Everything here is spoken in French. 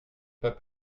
pas